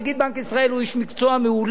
נגיד בנק ישראל הוא איש מקצוע מעולה.